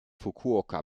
fukuoka